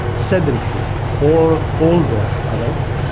sedentary or older adults,